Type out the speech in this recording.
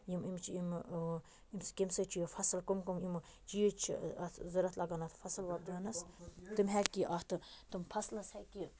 یِم اَمِچ یِمہٕ کَمہِ سۭتۍ چھُ یہِ فَصل کَم کَم یِمہٕ چیٖز چھِ اَتھ ضوٚرتھ لَگان اَتھ فصل وۄپداونَس تِم ہٮ۪کہِ یہِ اَتھ تہٕ تِم فَصلَس ہٮ۪کہِ یہِ